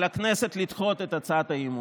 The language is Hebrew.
על הכנסת לדחות את הצעת האי-אמון.